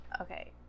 Okay